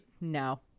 No